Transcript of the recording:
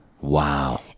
Wow